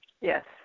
Yes